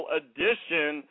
edition